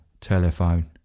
telephone